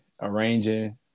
arranging